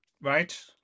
right